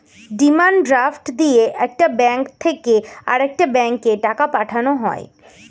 demand draft দিয়ে একটা bank থেকে আরেকটা ব্যাঙ্কে টাকা পাঠানো হয়